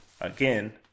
again